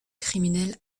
criminel